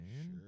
Sure